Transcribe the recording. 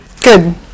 Good